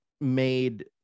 made